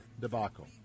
debacle